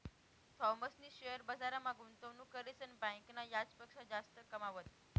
थॉमसनी शेअर बजारमा गुंतवणूक करीसन बँकना याजपक्सा जास्त कमावात